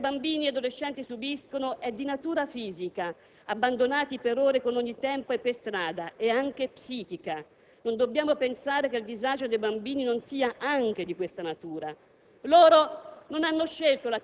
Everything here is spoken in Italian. Il maltrattamento che bambini e adolescenti subiscono è di natura fisica, abbandonati per ore, con ogni tempo, per strada, ma è anche psichica. Non dobbiamo pensare che il disagio dei bambini non sia anche di questa natura. Loro